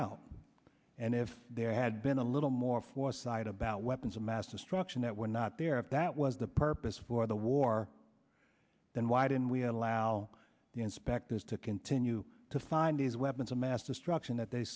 out and if there had been a little more foresight about weapons of mass destruction that were not there if that was the purpose for the war then why didn't we have allow the inspectors to continue to find these weapons of mass to struction that they